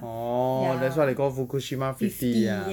orh that's why they call fukushima fifty ah